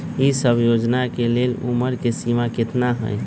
ई सब योजना के लेल उमर के सीमा केतना हई?